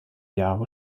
jahre